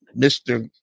Mr